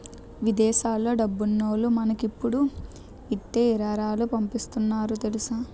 విదేశాల్లో డబ్బున్నోల్లు మనకిప్పుడు ఇట్టే ఇరాలాలు పంపుతున్నారు తెలుసా